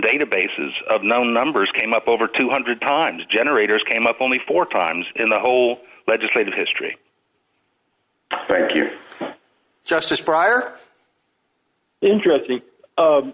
databases of known numbers came up over two hundred times generator's came up only four times in the whole legislative history thank you justice prior interesting